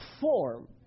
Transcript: form